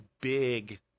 big